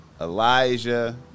Elijah